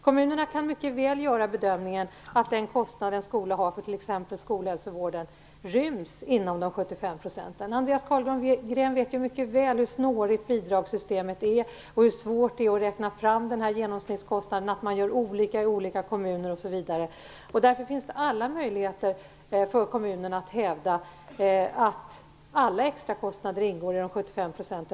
Kommunerna kan mycket väl göra bedömningen att den kostnad en skola har för t.ex. skolhälsovården ryms inom dessa 75 %. Andreas Carlgren vet mycket väl hur snårigt bidragssystemet är, hur svårt det är att räkna fram den här genomsnittskostnaden, att man gör olika i olika kommuner, osv. Därför finns det alla möjligheter för kommunerna att hävda att alla extrakostnader ingår i dessa 75 %.